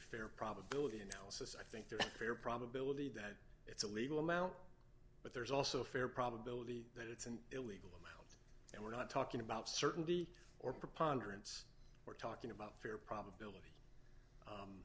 fair probability analysis i think there are fair probability that it's a legal amount but there's also a fair probability that it's an illegal limit and we're not talking about certainty or preponderance we're talking about fair probability